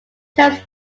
terms